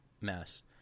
mess